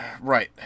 Right